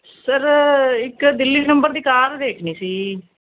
sir ਇੱਕ Delhi number ਦੀ car ਦੇਖਣੀ ਸੀ